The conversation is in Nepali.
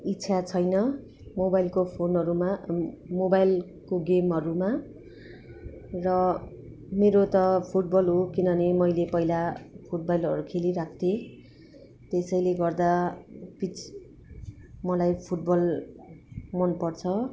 इच्छा छैन मोबाइलको फोनहरूमा मोबाइलको गेमहरूमा र मेरो त फुटबल हो किनभने मैले पहिला फुटबलहरू खेलि राख्थेँ त्यसैले गर्दा पिच मलाई फुटबल मन पर्छ